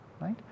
right